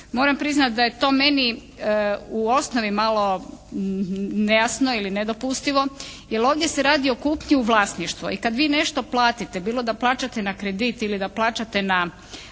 Moram priznati da je to meni u osnovi malo nejasno ili nedopustivo, jer ovdje se radi o kupnji u vlasništvo i kada vi nešto platite, bilo da plaćate na kredit ili da plaćate na